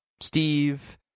Steve